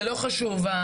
זה לא חשוב ה